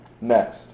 Next